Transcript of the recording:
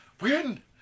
win